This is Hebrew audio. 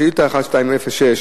שאילתא 1206,